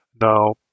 Now